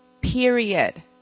Period